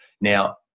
Now